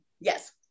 Yes